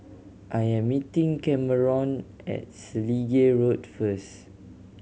I am meeting Kameron at Selegie Road first